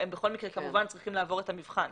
הם בכל מקרה, כמובן, צריכים לעבור את המבחן,